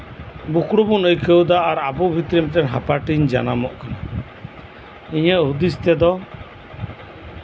ᱵᱩᱠᱲᱩ ᱵᱚᱱ ᱟᱹᱭᱠᱟᱹᱣᱫᱟ ᱟᱵᱚ ᱵᱷᱤᱛᱨᱤᱨᱮ ᱦᱟᱯᱟᱴᱤᱧ ᱡᱟᱱᱟᱢᱚᱜ ᱠᱟᱱᱟ ᱤᱧᱟᱹᱜ ᱦᱩᱫᱤᱥ ᱛᱮᱫᱚ